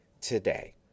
today